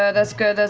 ah that's good,